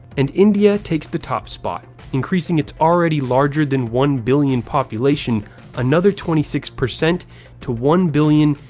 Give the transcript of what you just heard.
and india takes the top spot, increasing its already larger-than one-billion population another twenty six percent to one billion,